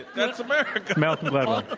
that's america. malcolm gladwell.